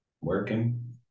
Working